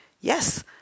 yes